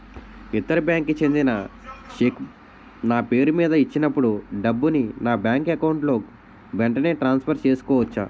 ఇతర బ్యాంక్ కి చెందిన చెక్ నా పేరుమీద ఇచ్చినప్పుడు డబ్బుని నా బ్యాంక్ అకౌంట్ లోక్ వెంటనే ట్రాన్సఫర్ చేసుకోవచ్చా?